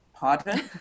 pardon